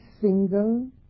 single